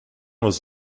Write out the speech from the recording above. was